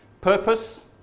Purpose